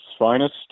Finest